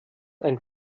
ein